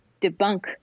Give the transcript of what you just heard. debunk